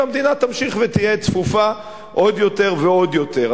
והמדינה תמשיך ותהיה צפופה עוד יותר ועוד יותר.